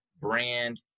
brand